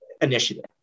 initiative